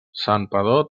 santpedor